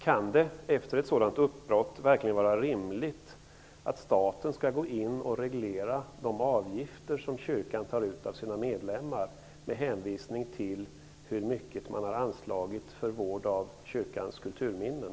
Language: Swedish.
Kan det efter ett sådant uppbrott verkligen vara rimligt att staten skall gå in och reglera de avgifter som kyrkan tar ut av sina medlemmar, med hänvisning till hur mycket som anslagits för vård av kyrkans kulturminnen?